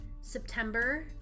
september